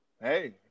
hey